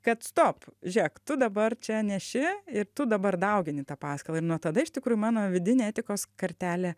kad stop žiūrėk tu dabar čia neši ir tu dabar daugini tą paskalą ir nuo tada iš tikrųjų mano vidinė etikos kartelė